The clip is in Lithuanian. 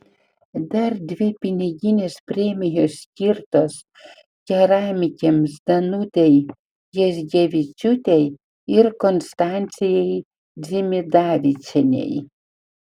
dar dvi piniginės premijos skirtos keramikėms danutei jazgevičiūtei ir konstancijai dzimidavičienei